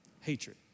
hatred